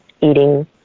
eating